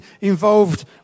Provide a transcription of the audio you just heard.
involved